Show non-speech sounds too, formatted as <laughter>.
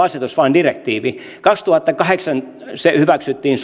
<unintelligible> asetus vaan direktiivi ja kaksituhattakahdeksan hyväksyttiin <unintelligible>